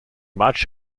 much